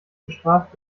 bestraft